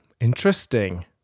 interesting